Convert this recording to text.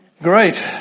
Great